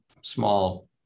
small